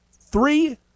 three